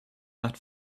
that